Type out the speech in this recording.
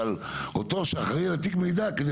אבל אותו שאחראי על התיק מידע כדי